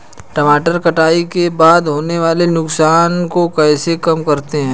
टमाटर कटाई के बाद होने वाले नुकसान को कैसे कम करते हैं?